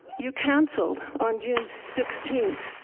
you canceled on june sixteenth,